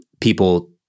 people